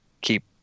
keep